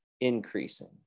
increasing